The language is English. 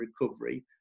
recovery